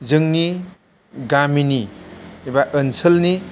जोंनि गामिनि एबा ओनसोलनि